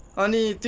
on the the